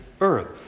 earth